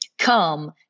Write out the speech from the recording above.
Come